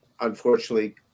unfortunately